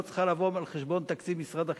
צריכה לבוא על חשבון תקציב משרד החינוך,